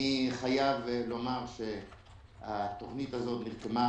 אני חייב לומר שהתוכנית הזאת התקיימה